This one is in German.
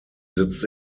sitzt